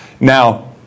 Now